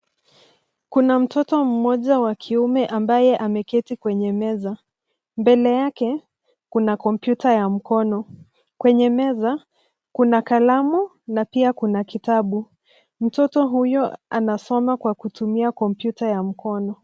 Kuna mtoto mmoja wa kiume ambaye ameketi kwenye meza, mbele yake kuna kompyuta ya mkono. Kwenye meza kuna kalamu na pia kuna kitabu. Mtoto huyo anasoma kwa kutumia kompyuta ya mkono.